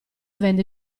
vende